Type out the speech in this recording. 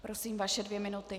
Prosím vaše dvě minuty.